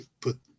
put